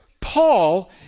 Paul